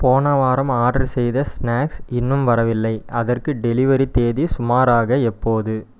போன வாரம் ஆர்டர் செய்த ஸ்நாக்ஸ் இன்னும் வரவில்லை அதற்கு டெலிவரி தேதி சுமாராக எப்போது